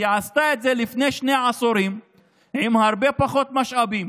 היא עשתה את זה לפני שני עשורים עם הרבה פחות משאבים,